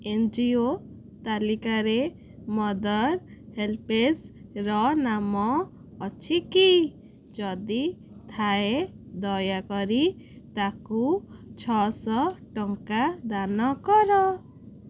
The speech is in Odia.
ଏନ୍ ଜି ଓ ତାଲିକାରେ ମଦର୍ ହେଲ୍ପେଜ୍ର ନାମ ଅଛି କି ଯଦି ଥାଏ ଦୟାକରି ତାକୁ ଛଅଶହ ଟଙ୍କା ଦାନ କର